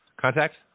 Contacts